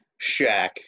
Shaq